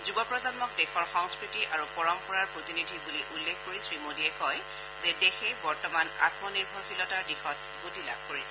যুৱ প্ৰজন্মক দেশৰ সংস্কৃতি আৰু পৰম্পৰাৰ প্ৰতিনিধি বুলি উল্লেখ কৰি শ্ৰীমোডীয়ে কয় যে দেশে বৰ্তমান আমনিৰ্ভৰশীলতাৰ দিশত গতি লাভ কৰিছে